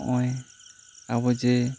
ᱦᱚᱜᱼᱚᱭ ᱟᱵᱚ ᱡᱮ